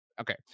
okay